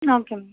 ah okay ma'am